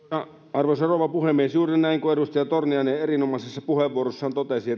arvoisa rouva puhemies juuri näin kuin edustaja torniainen erinomaisessa puheenvuorossaan totesi